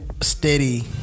steady